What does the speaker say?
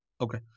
Okay